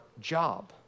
job